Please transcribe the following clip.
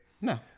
No